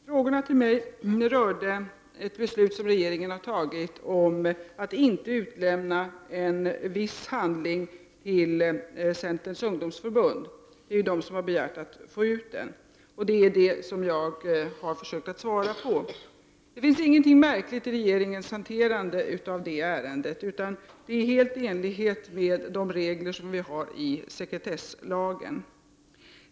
Herr talman! Frågorna till mig rörde ett beslut som regeringen har fattat om att inte utlämna en viss handling till Centerns ungdomsförbund. Det är det förbundet som har begärt att få ut handlingen, och det är detta som jag har försökt att svara på. Det finns ingenting märkligt i regeringens hanterande av det ärendet, utan den har skett helt i enlighet med de regler som vi har i sekretesslagen.